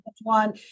one